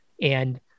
And-